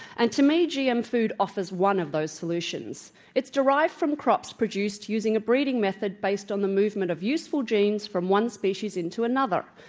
and to me gm food offers one of those solutions. it's derived from crops produced using a br eeding method based on the movement of useful genes from one species into another.